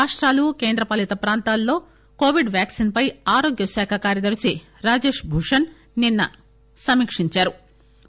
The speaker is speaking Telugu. రాష్టాలు కేంద్రపాలిత ప్రాంతాల్లో కోవిడ్ వ్యాక్సిన్ పై ఆరోగ్యశాఖ కార్యదర్శి రాజేష్ భూషన్ నిన్న సమీక్షించారు